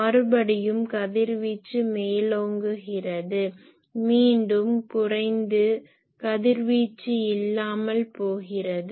மறுபடியும் கதிர்வீச்சு மேலோங்குகிறது மீண்டும் குறைந்து கதிர்வீச்சு இல்லாமல் போகிறது